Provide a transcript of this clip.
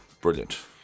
Brilliant